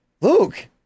Luke